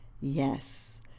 Yes